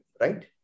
right